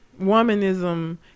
womanism